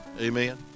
Amen